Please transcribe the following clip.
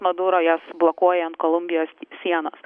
madura jas blokuoja ant kolumbijos sienos